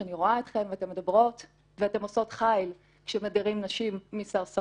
שאני רואה אתכן ואתן מדברות ואתן עושות חיל כשמדירים נשים מסרסרות